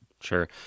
sure